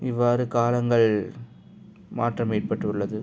இவ்வாறு காலங்கள் மாற்றமைபட்டுள்ளது